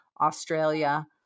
Australia